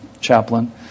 chaplain